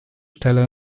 stelle